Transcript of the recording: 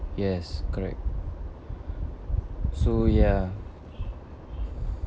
yes correct so ya